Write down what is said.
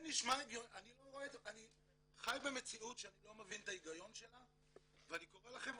אני חי במציאות שאני לא מבין את ההיגיון שלה ואני קורא לכם,